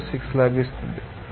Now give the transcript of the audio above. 06 లభిస్తుంది